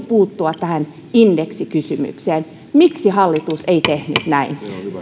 puuttua tähän indeksikysymykseen miksi hallitus ei tehnyt näin